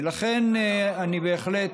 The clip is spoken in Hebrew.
ולכן אני בהחלט,